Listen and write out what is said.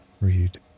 Read